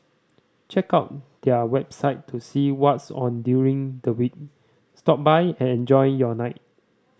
check out their website to see what's on during the week stop by and enjoy your night